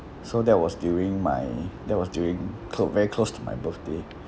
so that was during my that was during clo~ very close to my birthday